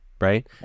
right